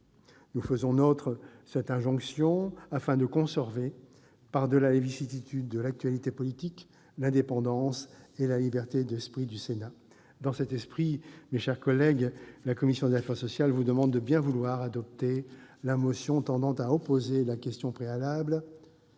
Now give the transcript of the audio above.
Nous faisons nôtre cette injonction, afin de conserver, par-delà les vicissitudes de l'actualité politique, l'indépendance et la liberté d'esprit du Sénat. Dans cet esprit, mes chers collègues, la commission des affaires sociales vous demande de bien vouloir adopter la motion tendant à opposer la question préalable,